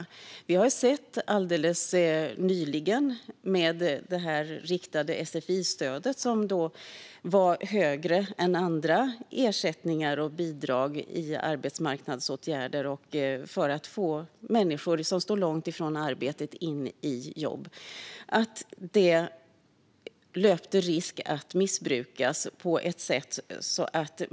Alldeles nyligen har vi sett hur det blivit med det riktade sfi-stödet, som var högre än andra ersättningar och bidrag i arbetsmarknadsåtgärder just för att få människor som stod långt från arbetsmarknaden in i jobb. Det löpte risk att missbrukas.